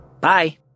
Bye